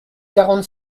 quarante